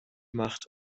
macht